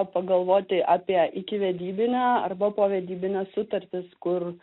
pagalvoti apie ikivedybinę arba povedybinę sutartis kur